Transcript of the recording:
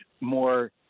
more